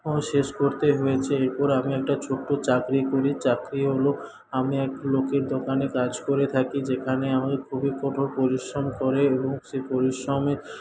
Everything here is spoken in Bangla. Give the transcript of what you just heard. ও শেষ করতে হয়েছে এরপর আমি একটা ছোট্ট চাকরি করি চাকরি হল আমি এক লোকের দোকানে কাজ করে থাকি যেখানে আমি খুবই কঠোর পরিশ্রম করে এবং সেই পরিশ্রমে